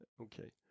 Okay